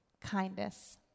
kindness